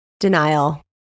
Denial